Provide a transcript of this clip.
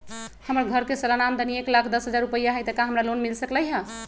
हमर घर के सालाना आमदनी एक लाख दस हजार रुपैया हाई त का हमरा लोन मिल सकलई ह?